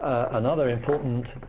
another important